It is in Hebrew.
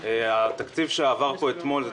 מה, אנחנו חרדים?